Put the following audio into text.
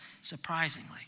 surprisingly